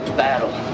battle